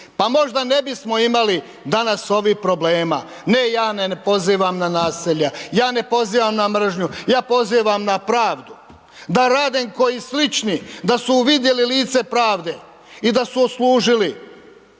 pa možda ne bismo imali danas ovih problema. Ne, ja ne pozivam na nasilje, ja ne pozivam na mržnju, ja pozivam na pravdu, da Radenko i slični da su vidjeli lice pravde i da su odslužili